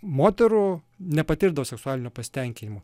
moterų nepatirdavo seksualinio pasitenkinimo